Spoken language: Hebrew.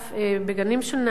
בגנים של "נעמת",